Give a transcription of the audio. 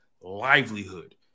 livelihood